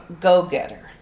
go-getter